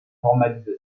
formalisation